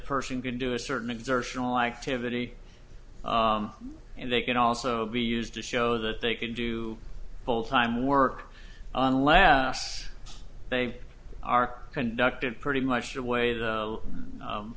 person can do a certain exertional activity and they can also be used to shows that they can do fulltime work on last they are conducted pretty much the way the